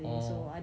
orh